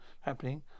Happening